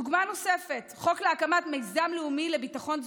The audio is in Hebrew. דוגמה נוספת: חוק להקמת מיזם לאומי לביטחון תזונתי.